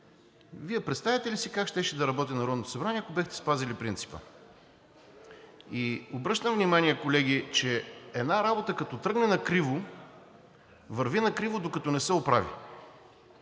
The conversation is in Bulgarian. Вие представяте ли си как щеше да работи Народното събрание, ако бяхте спазили принципа? Колеги, обръщам внимание, че една работа, като тръгне накриво, върви накриво, докато не се оправи.